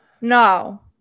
No